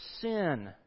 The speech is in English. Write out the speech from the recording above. sin